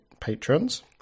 patrons